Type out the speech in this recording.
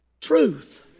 truth